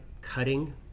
cutting